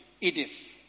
Edith